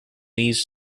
these